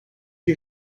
you